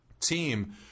team